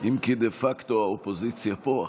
אם כי דה פקטו האופוזיציה פה עכשיו.